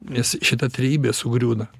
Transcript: nes šita trejybė sugriūna